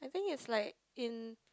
I think is like in